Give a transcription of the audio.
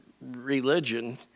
religion